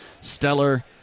Stellar